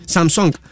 Samsung